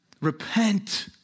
Repent